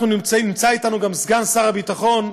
נמצא אתנו גם סגן שר הביטחון,